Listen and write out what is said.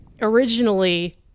originally